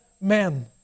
men